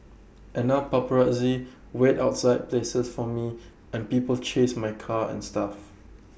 and now paparazzi wait outside places for me and people chase my car and stuff